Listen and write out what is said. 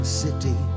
city